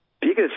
biggest